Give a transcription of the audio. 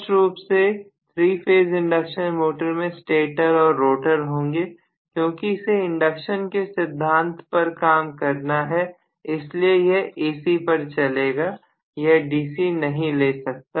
स्पष्ट रूप से थ्री फेज इंडक्शन मोटर में स्टेटरऔर रोटर होंगे क्योंकि इसे इंडक्शन के सिद्धांत पर काम करना है इसलिए यह AC पर चलेगा यह DC नहीं ले सकता